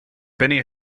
benny